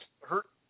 hurt